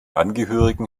angehörigen